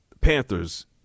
Panthers